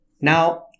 Now